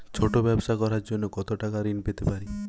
ছোট ব্যাবসা করার জন্য কতো টাকা ঋন পেতে পারি?